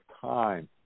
Time